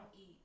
eat